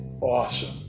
awesome